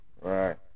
Right